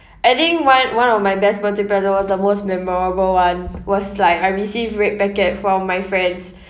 I think one one of my best birthday present was the most memorable one was like I receive red packet from my friends